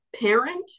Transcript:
parent